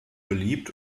beliebt